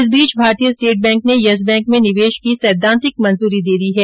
इस बीच भारतीय स्टेट बैंक ने यस बैंक में निवेश की सैद्वांतिक मंजूरी दे दी है